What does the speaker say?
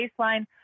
baseline